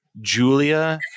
julia